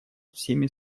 всеми